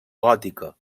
gòtica